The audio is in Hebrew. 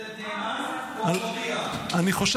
ביתד נאמן או במודיע?